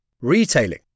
Retailing